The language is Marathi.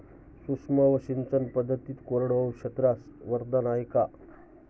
सूक्ष्म सिंचन पद्धती कोरडवाहू क्षेत्रास वरदान आहे का?